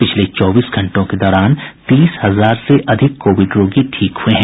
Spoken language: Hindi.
पिछले चौबीस घंटों के दौरान तीस हजार से ज्यादा कोविड रोगी ठीक हुए हैं